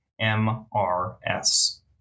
M-R-S